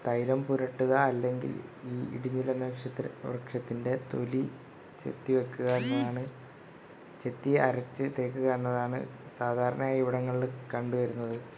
തൈലം പുരട്ടുക അല്ലെങ്കിൽ ഈ ഇടിഞ്ഞില നക്ഷത്ര വൃക്ഷത്തിൻ്റെ തൊലി ചെത്തി വെക്കുക എന്നതാണ് ചെത്തി അരച്ച് തേക്കുക എന്നതാണ് സാധാരണയായി ഇവിടങ്ങളിൽ കണ്ട് വരുന്നത്